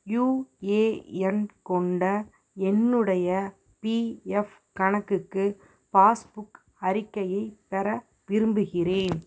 UAN கொண்ட என்னுடைய PF கணக்குக்கு பாஸ்புக் அறிக்கையைப் பெற விரும்புகிறேன்